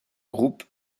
groupes